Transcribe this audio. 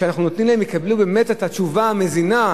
יקבלו את התשובה המזינה,